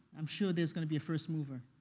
i'm sure there's going to be a first mover.